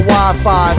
Wi-Fi